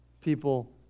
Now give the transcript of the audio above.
people